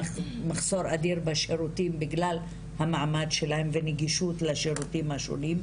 ממחסור אדיר בשירותים בגלל המעמד שלהן ונגישות לשירותים השונים,